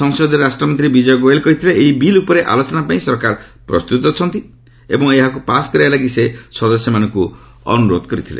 ସଂସଦୀୟ ରାଷ୍ଟ୍ରମନ୍ତ୍ରୀ ବିଜୟ ଗୋୟଲ କହିଥିଲେ ଏହି ବିଲ୍ ଉପରେ ଆଲୋଚନା ପାଇଁ ସରକାର ପ୍ରସ୍ତତ ଅଛନ୍ତି ବୋଲି କହି ଏହାକୁ ପାସ୍ କରେଇବା ଲାଗି ସଦସ୍ୟମାନଙ୍କୁ ନିବେଦନ କରିଥିଲେ